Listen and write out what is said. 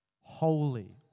Holy